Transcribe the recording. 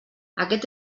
aquest